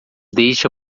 deixa